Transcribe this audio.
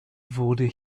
wurde